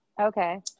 Okay